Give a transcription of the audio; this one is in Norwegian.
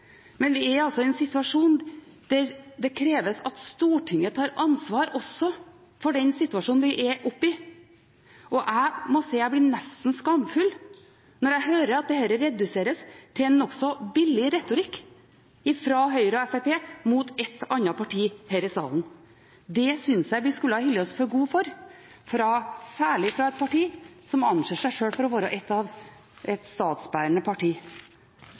Men vi er altså i en situasjon der det kreves at Stortinget tar ansvar også for den situasjonen vi står oppi, og jeg må si jeg blir nesten skamfull når jeg hører at dette reduseres til en nokså billig retorikk fra Høyre og Fremskrittspartiet mot et annet parti her i salen. Det synes jeg vi skulle holdt oss for gode til – særlig fra et parti som anser seg sjøl som et statsbærende parti.